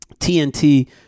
TNT